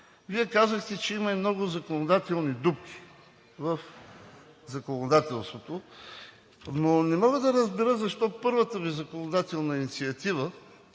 Вие казахте, че има и много законодателни дупки в законодателството, но не мога да разбера защо първата Ви законодателна инициатива,